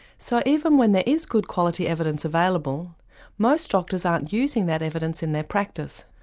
so even when there is good quality evidence available most doctors aren't using that evidence in their practice.